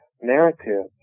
narrative